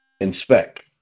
inspect